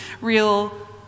real